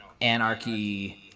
anarchy